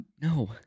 No